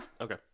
Okay